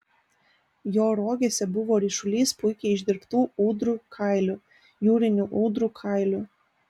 jo rogėse buvo ryšulys puikiai išdirbtų ūdrų kailių jūrinių ūdrų kailių